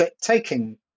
taking